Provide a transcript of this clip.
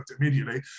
immediately